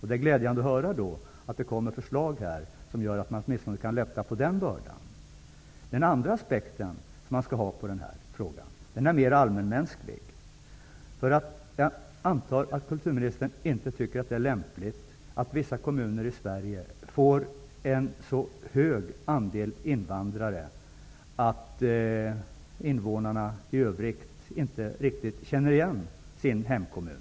Det är glädjande att höra att det kommer sådana förslag som kan lätta åtminstone på den bördan. En annan aspekt på den här frågan är mer allmänmänsklig. Jag antar att kulturministern inte tycker att det är lämpligt att vissa kommuner i Sverige får en så hög andel invandrare att invånarna i övrigt inte riktigt känner igen sin hemkommun.